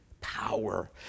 power